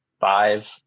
five